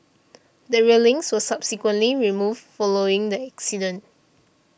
the railings were subsequently removed following the accident